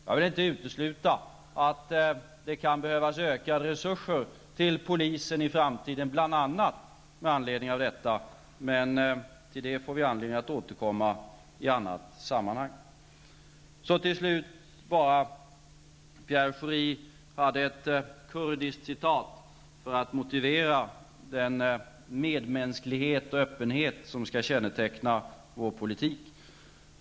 Jag vill inte utesluta att det kan behövas ökade resurser till polisen i framtiden, bl.a. med anledning av dessa problem. Men vi får anledning att återkomma till dem i andra sammanhang. Pierre Schori läste upp ett kurdiskt citat för att motivera den medmänsklighet och öppenhet som skall känneteckna vår politik.